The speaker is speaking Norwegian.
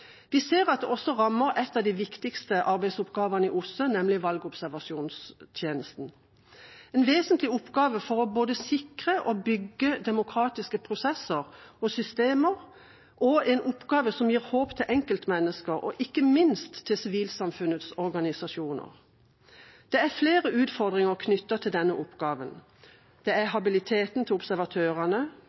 Vi ser at det også rammer en av de viktigste arbeidsoppgavene i OSSE, nemlig valgobservasjonstjenesten – en vesentlig oppgave for både å sikre og å bygge demokratiske prosesser og systemer, og en oppgave som gir håp til enkeltmennesker, og ikke minst til sivilsamfunnets organisasjoner. Det er flere utfordringer knyttet til denne oppgaven: habiliteten til observatørene,